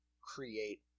create